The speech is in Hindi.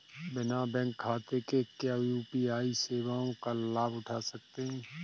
बिना बैंक खाते के क्या यू.पी.आई सेवाओं का लाभ उठा सकते हैं?